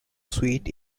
sweet